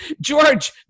George